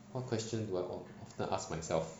what questions do I often ask myself